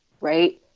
right